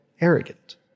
arrogant